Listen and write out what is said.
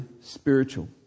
spiritual